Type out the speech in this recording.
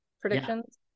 predictions